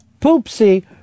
Poopsie